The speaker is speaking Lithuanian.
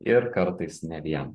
ir kartais ne vieną